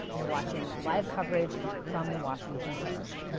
you're watching live coverage from the washington post.